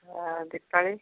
Dipali